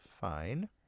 fine